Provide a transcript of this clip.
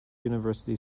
university